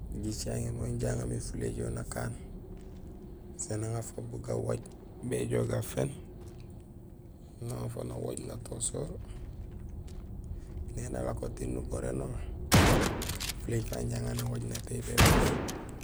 Jicaŋéén wanja aŋamé fuléjool nakaan, sén aŋa fo bu gawaaj béjoow bu gaféén, sin aŋa fo nawaaj min natosoor; néni alako tiin nugorénol, fulééj fa inja aŋa nawaaj natééy bépak.